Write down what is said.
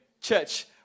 Church